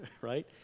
right